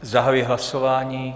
Zahajuji hlasování.